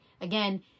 again